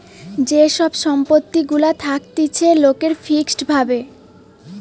যে সব সম্পত্তি গুলা থাকতিছে লোকের ফিক্সড ভাবে